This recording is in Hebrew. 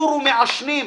עורו מעשנים,